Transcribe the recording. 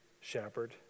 shepherd